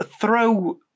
throw